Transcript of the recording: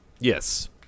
Yes